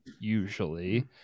usually